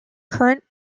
current